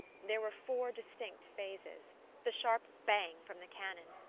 there were four distinct phases the sharp bang from the cannon,